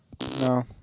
No